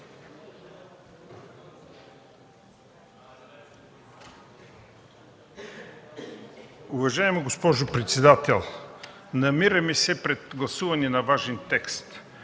Уважаема госпожо председател, намираме се пред гласуване на важен текст.